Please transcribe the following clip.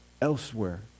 elsewhere